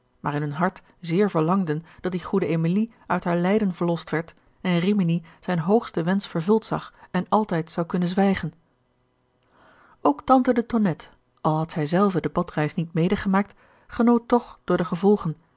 in hun hart zeer verlangden dat die goede emilie uit haar lijden verlost werd en rimini zijn hoogste wensch vervuld zag en altijd zou kunnen zwijgen ook tante de tonnette al had zij zelve de badreis niet mede gemaakt genoot toch door de gevolgen